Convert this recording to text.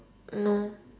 no